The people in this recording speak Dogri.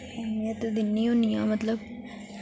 महत्त्व दिन्नी होन्नी आं मतलब